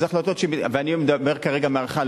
ואני מדבר כרגע מהערכה,